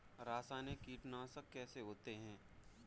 रासायनिक कीटनाशक कैसे होते हैं?